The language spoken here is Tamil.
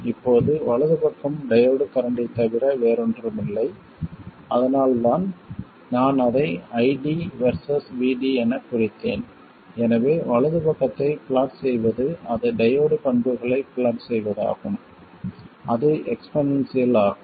இப்போது வலது பக்கம் டையோடு கரண்ட்டைத் தவிர வேறொன்றுமில்லை அதனால்தான் நான் அதை ID VS VD எனக் குறித்தேன் எனவே வலது பக்கத்தைத் பிளாட் செய்வது அது டையோடு பண்புகளைத் பிளாட் செய்வதாகும் அது எக்ஸ்போனென்சியல் ஆகும்